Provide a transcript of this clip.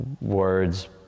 words